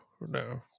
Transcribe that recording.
no